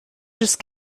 just